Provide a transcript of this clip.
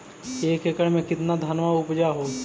एक एकड़ मे कितना धनमा उपजा हू?